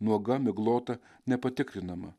nuoga miglota nepatikrinama